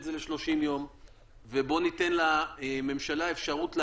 זה ל-30 יום וניתן לממשלה אפשרות להאריך.